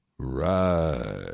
right